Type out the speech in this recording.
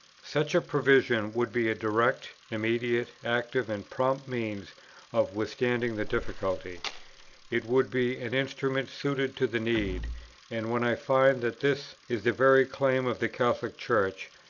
such a provision would be a direct, immediate, active, and prompt means of withstanding the difficulty it would be an instrument suited to the need and, when i find that this is the very claim of the catholic church,